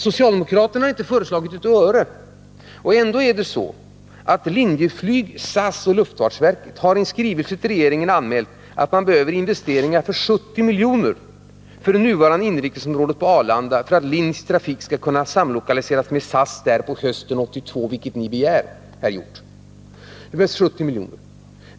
Socialdemokraterna har inte föreslagit ett öre. Och ändå har Linjeflyg, SAS och luftfartsverket i en skrivelse till regeringen anmält att man behöver göra investeringar för 70 miljoner på det nuvarande inrikesområdet på Arlanda för att LIN:s trafik där skall kunna samlokaliseras med SAS på hösten 1982, vilket ni begär, herr Hjorth. Det behövs 70 milj.kr.